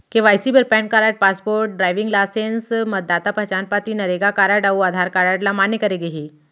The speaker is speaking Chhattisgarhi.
के.वाई.सी बर PAN card, passport, driving licence, मतदाता पहचान पाती, नरेगा कारड अउ आधार कारड ल मान्य करे गे हे